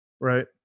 Right